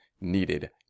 needed